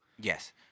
Yes